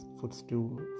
footstool